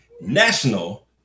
National